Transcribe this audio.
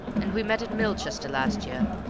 and we met at milchester last year.